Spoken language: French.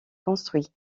construit